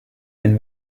been